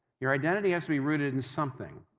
your identity has to be rooted in something.